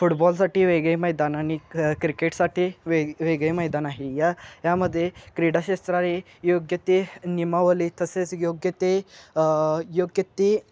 फुटबॉलसाठी वेगळे मैदान आणि क क्रिकेटसाठी वेग वेगळे मैदान आहे या यामध्ये क्रीडाक्षेत्राने योग्य ते नियमावली तसेच योग्य ते योग्य ते